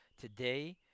today